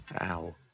Ow